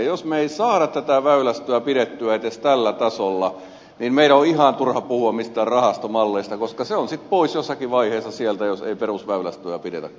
jos me emme saa tätä väylästöä pidettyä edes tällä tasolla niin meidän on ihan turha puhua mistään rahastomalleista koska se on sitten pois jossakin vaiheessa sieltä jos ei perusväylästöä pidetä kunnossa